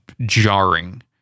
jarring